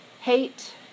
Hate